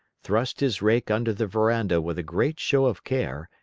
thrust his rake under the veranda with a great show of care,